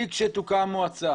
לכשתוקם מועצה